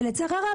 ולצערי הרב,